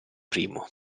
primo